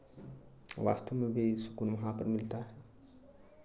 वास्तव में भी सुकून वहाँ पर मिलता है